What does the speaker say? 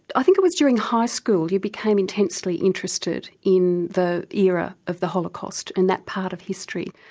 i think it was during high school, you became intensely interested in the era of the holocaust and that part of history.